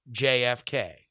JFK